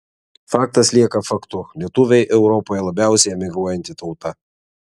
faktas lieka faktu lietuviai europoje labiausiai emigruojanti tauta